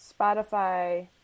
Spotify